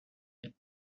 and